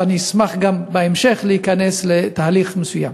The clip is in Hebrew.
אני אשמח בהמשך גם להיכנס לתהליך מסוים.